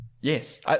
Yes